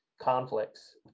conflicts